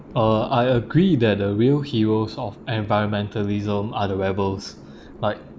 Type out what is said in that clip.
uh I agree that the of environmentalism are the like